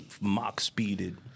mock-speeded